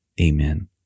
Amen